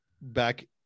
back